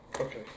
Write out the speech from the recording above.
Okay